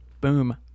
Boom